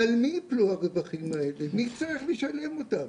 על מי יפלו הרווחים האלה, מי יצטרך לשלם אותם?